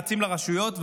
רצים לרשויות,